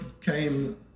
came